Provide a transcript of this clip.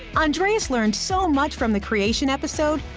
andreas learned so much from the creation episode,